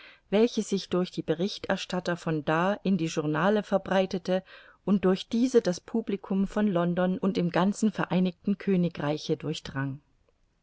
welche sich durch die berichterstatter von da in die journale verbreitete und durch diese das publicum von london und im ganzen vereinigten königreiche durchdrang